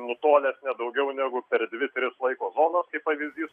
nutolęs ne daugiau negu per dvi tris laiko zonas kaip pavyzdys